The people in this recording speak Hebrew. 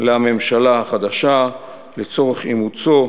לממשלה החדשה לצורך אימוצו